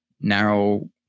narrow